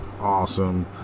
awesome